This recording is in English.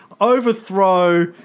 overthrow –